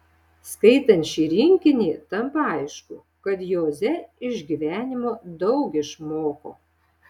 skaitant šį rinkinį tampa aišku kad joze iš gyvenimo daug išmoko